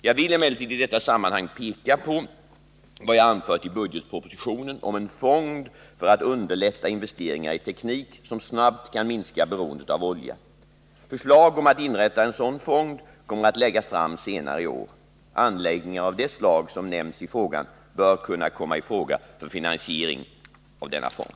Jag vill emellertid i detta sammanhang peka på vad jag har anfört i budgetpropositionen om en fond för att underlätta investeringar i teknik som snabbt kan minska beroendet av olja. Förslag om att inrätta en sådan fond kommer att läggas fram senare i år. Anläggningar av det slag som nämns i frågan bör kunna komma i fråga för finansiering av denna fond.